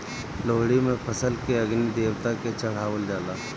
लोहड़ी में फसल के अग्नि देवता के चढ़ावल जाला